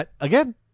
again